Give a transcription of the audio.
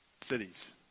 cities